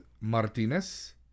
Martinez